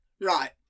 right